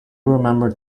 remember